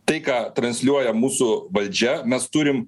tai ką transliuoja mūsų valdžia mes turim